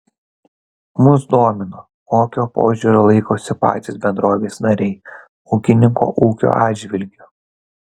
mus domino kokio požiūrio laikosi patys bendrovės nariai ūkininko ūkio atžvilgiu